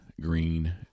green